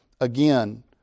Again